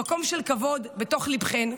במקום של כבוד בתוך ליבכן,